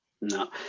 No